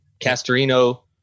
Castorino